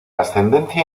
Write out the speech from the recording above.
ascendencia